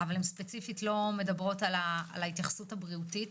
אבל הן לא מדברות ספציפית על ההתייחסות הבריאותית.